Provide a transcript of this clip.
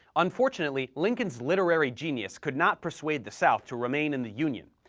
unfortunately, lincoln's literary genius could not persuade the south to remain in the union.